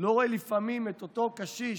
לא רואה לפעמים את אותו קשיש